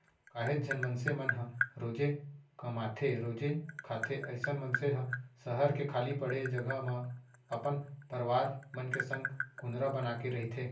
काहेच झन मनसे मन ह रोजे कमाथेरोजे खाथे अइसन मनसे ह सहर के खाली पड़े जघा म अपन परवार मन के संग कुंदरा बनाके रहिथे